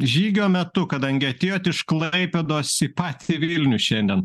žygio metu kadangi atėjot iš klaipėdos į patį vilnių šiandien